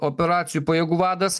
operacijų pajėgų vadas